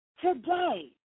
today